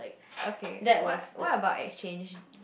okay what what about exchange